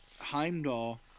Heimdall